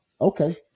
okay